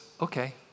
okay